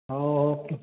ହଉ ଆଉ